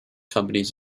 companies